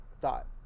thought